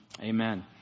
Amen